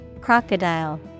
Crocodile